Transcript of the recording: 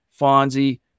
Fonzie